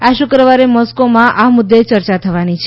આ શુકવારે મોસ્કોમાં આ મુદ્દે ચર્ચા થવાની છે